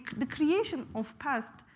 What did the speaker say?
the creation of past,